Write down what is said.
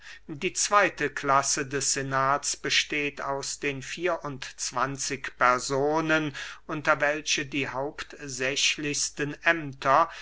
die zweyte klasse des senats besteht aus den vier und zwanzig personen unter welche die hauptsächlichsten ämter